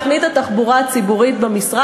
כרגע לא מצויה בפני תוכנית התחבורה הציבורית במשרד.